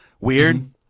weird